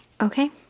Okay